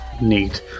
Neat